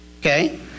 Okay